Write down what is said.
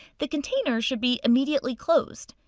the container should be immediately closed.